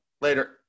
Later